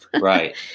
Right